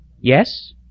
Yes